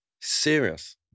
Serious